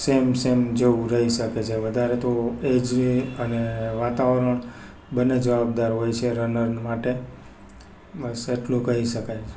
same same જેવું રહી શકે જે વધારે તો એ જ રે અને વાતાવરણ બને જવાબદાર હોય છે રનર માટે બસ એટલું કહી શકાય છે